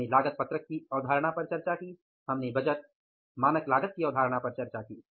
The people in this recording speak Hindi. हमने लागत पत्रक की अवधारणा पर चर्चा की हमने बजट मानक लागत की अवधारणा पर चर्चा की